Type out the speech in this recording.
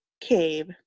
cave